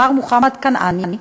מר מוחמד כנעאני,